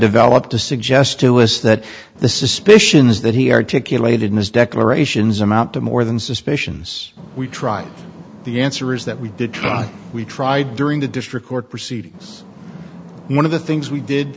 developed to suggest to us that the suspicions that he articulated in his declarations amount to more than suspicions we try to the answer is that we did try we tried during the district court proceedings and one of the things we did